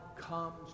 comes